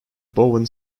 bowen